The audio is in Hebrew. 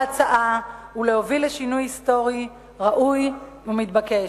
בהצעה ולהוביל לשינוי היסטורי ראוי ומתבקש.